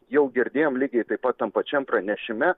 jau girdėjom lygiai taip pat tam pačiam pranešime